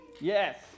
Yes